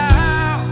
now